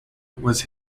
was